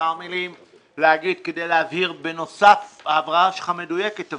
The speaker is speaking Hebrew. מספר מילים כדי להבהיר בנוסף על ההברה המדויקת שלך.